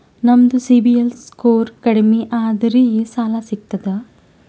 ನಮ್ದು CIBIL score ಕಡಿಮಿ ಅದರಿ ಸಾಲಾ ಸಿಗ್ತದ?